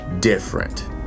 different